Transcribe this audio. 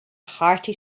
hearty